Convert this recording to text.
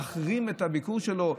להחרים את הביקור שלו,